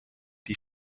die